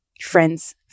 Friends